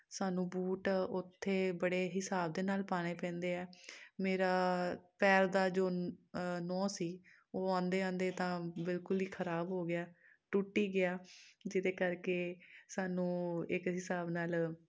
ਸਾਨੂੰ ਬੂਟ ਉੱਥੇ ਬੜੇ ਹਿਸਾਬ ਦੇ ਨਾਲ ਪਾਉਣੇ ਪੈਂਦੇ ਹੈ ਮੇਰਾ ਪੈਰ ਦਾ ਜੋ ਨੋਂਹ ਸੀ ਉਹ ਆਉਂਦੇ ਆਉਂਦੇ ਤਾਂ ਬਿਲਕੁਲ ਹੀ ਖਰਾਬ ਹੋ ਗਿਆ ਟੁੱਟ ਹੀ ਗਿਆ ਜਿਹਦੇ ਕਰਕੇ ਸਾਨੂੰ ਇੱਕ ਹਿਸਾਬ ਨਾਲ